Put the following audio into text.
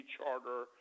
Charter